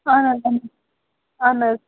اَہَن حظ اَہَن حظ اہَن حظ